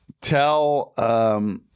Tell